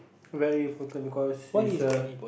very important is cause is a